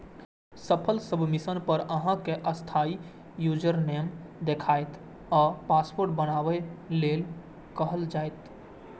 सफल सबमिशन पर अहां कें अस्थायी यूजरनेम देखायत आ पासवर्ड बनबै लेल कहल जायत